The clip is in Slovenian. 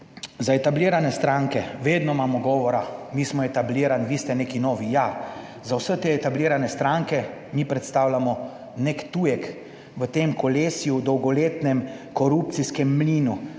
za etablirane stranke vedno imamo govora, mi smo etablirani, vi ste neki novi. Ja, za vse te etablirane stranke mi predstavljamo nek tujek v tem kolesju, dolgoletnem korupcijskem mlinu.